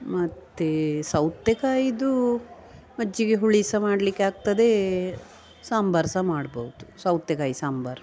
ಮತ್ತು ಸೌತೆಕಾಯಿಯದು ಮಜ್ಜಿಗೆ ಹುಳಿ ಸಹ ಮಾಡಲಿಕ್ಕೆ ಆಗ್ತದೆ ಸಾಂಬಾರು ಸಹ ಮಾಡ್ಬೌದು ಸೌತೆಕಾಯಿ ಸಾಂಬಾರು